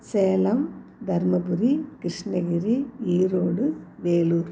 Salem Dharmapuri Krishnagiri Erode Vellore